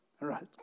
right